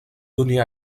donnait